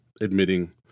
admitting